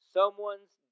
Someone's